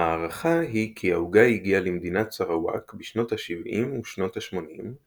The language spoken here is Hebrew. הערכה היא כי העוגה הגיעה למדינת סראווארק בשנות ה-70 ושנות ה-80,